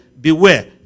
beware